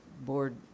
board